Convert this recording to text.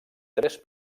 tres